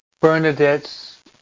Bernadette's